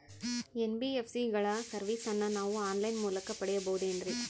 NBSC ಗಳ ಸರ್ವಿಸನ್ನ ನಾವು ಆನ್ ಲೈನ್ ಮೂಲಕ ಪಡೆಯಬಹುದೇನ್ರಿ?